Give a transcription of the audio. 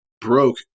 broke